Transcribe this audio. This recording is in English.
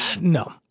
No